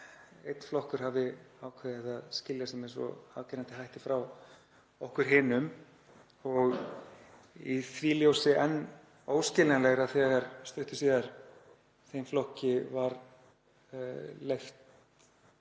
einn flokkur hafi ákveðið að skilja sig með svo afgerandi hætti frá okkur hinum og í því ljósi enn óskiljanlegra þegar þeim flokki var stuttu